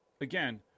again